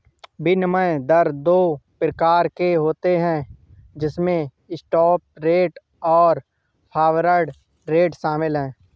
विनिमय दर दो प्रकार के होते है जिसमे स्पॉट रेट और फॉरवर्ड रेट शामिल है